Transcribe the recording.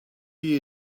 you